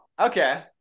Okay